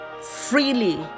freely